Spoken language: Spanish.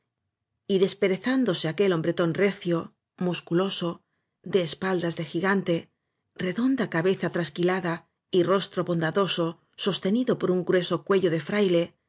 y desperezándose aquel hombretón recio musculoso de espaldas de gigante redonda cabeza trasquilada y rostro bondadoso sostenido por grueso cuello de fraile